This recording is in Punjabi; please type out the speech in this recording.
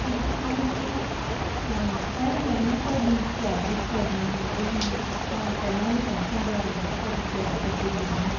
ਸਤਿ ਸ਼੍ਰੀ ਅਕਾਲ ਸਰ ਸਰ ਮੈਂ ਨਾ ਤੁਹਾਡੀ ਕੈਬ ਬੁੱਕ ਕਰਨਾ ਚਾਹੁੰਦੀ ਸੀ ਆਪਾਂ ਪਹਿਲਾਂ ਵੀ ਕਾਫੀ ਵਾਰ ਮਤਲਬ ਤੁਹਾਡੀ ਕੈਬ ਉੱਤੇ ਗਏ ਹਾਂ